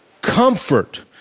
comfort